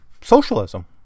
socialism